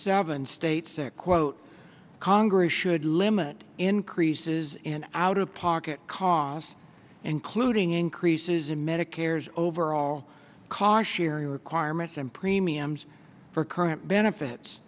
seven states that quote congress should limit increases in out of pocket costs including increases in medicare's overall car sharing requirements and premiums for current benefits